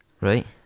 Right